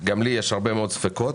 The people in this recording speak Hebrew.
שגם לי יש הרבה מאוד ספקות.